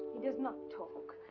he does not talk.